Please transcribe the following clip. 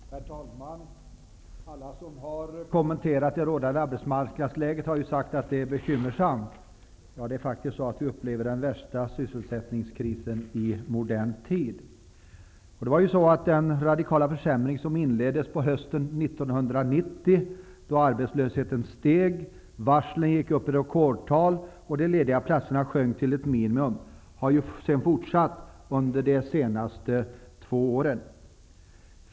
Herr talman! Alla som har kommenterat det rådande arbetsmarknadsläget har ju sagt att detta är bekymmersamt. Det är faktiskt så att vi upplever den värsta sysselsättningskrisen i modern tid. Den radikala försämring som inleddes under hösten 1990, då arbetslösheten och varslen steg till rekordtal och antalet lediga platser sjönk till ett minimum, har sedan fortsatt under de senaste två åren.